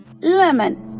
lemon